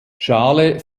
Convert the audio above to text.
schale